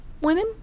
women